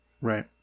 Right